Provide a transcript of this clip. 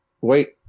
wait